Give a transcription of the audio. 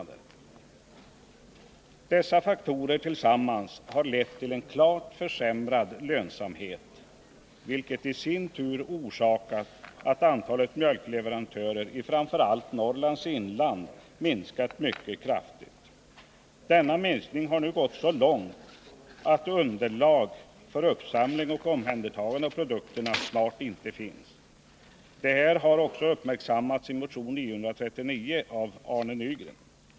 Dessa faktorer tillsammans har lett till en klart försämrad lönsamhet, vilket i sin tur orsakat att antalet mjölkleverantörer i framför allt Norrlands inland minskat mycket kraftigt. Denna minskning har nu gått så långt att underlag för uppsamling och omhändertagande av produkterna snart inte finns. Det har uppmärksammats i motion 939 av Arne Nygren.